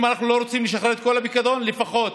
אם אנחנו לא רוצים לשחרר את כל הפיקדון, לפחות